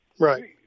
Right